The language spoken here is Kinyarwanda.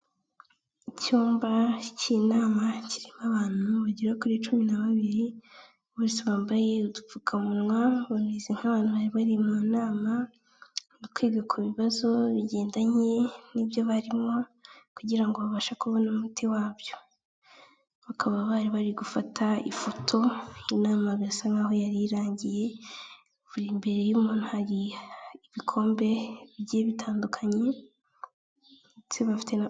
Icyumba k'inama kirimo abantu bagera kuri cumi na babiri, bose bambaye udupfukamunwa, bameze nk'abantu bari bari mu nama, bari kwigaga ku bibazo bigendanye n'ibyo barimo kugira ngo babashe kubona umuti wabyo, bakaba bari bari gufata ifoto, inama birasa nk'aho yarirangiye, buri imbere y'umuntu hari ibikombe bigiye bitandukanye ndetse bafite na